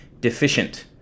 deficient